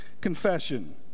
confession